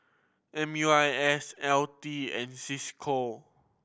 M U I S L T and Cisco